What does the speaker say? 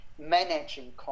managing